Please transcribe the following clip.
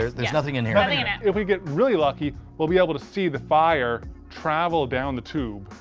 there's there's nothing in here. i mean and if we get really lucky we'll be able to see the fire travel down the tube.